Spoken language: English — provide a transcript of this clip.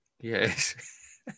Yes